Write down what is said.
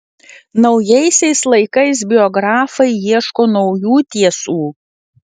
naujaisiais laikais biografai ieško naujų tiesų